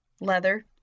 leather